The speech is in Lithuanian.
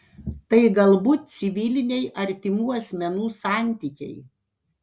tai galbūt civiliniai artimų asmenų santykiai